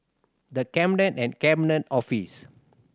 The Cabinet and Cabinet Office